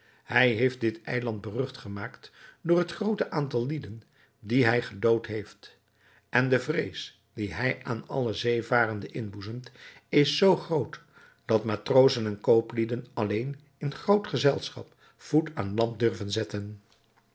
hij heeft dit eiland berucht gemaakt door het groote aantal lieden die hij gedood heeft en de vrees die hij aan alle zeevarenden inboezemt is zoo groot dat matrozen en kooplieden alleen in groot gezelschap voet aan land durven zetten